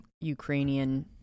Ukrainian